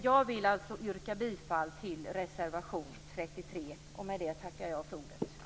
Jag vill yrka bifall till reservation 33. Med detta tackar jag för ordet.